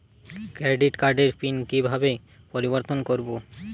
Credit কার্ডের PIN কিভাবে পরিবর্তন করবো?